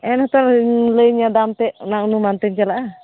ᱮᱱᱦᱚᱛᱚ ᱞᱟᱹᱭᱟᱹᱧᱟᱹᱧ ᱢᱮ ᱫᱟᱢ ᱛᱮᱫ ᱚᱱᱟ ᱚᱱᱩᱢᱟᱱ ᱛᱤᱧ ᱪᱟᱞᱟᱜᱼᱟ